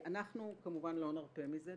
אנחנו, כמובן, לא נרפה מזה.